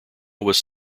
was